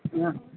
હ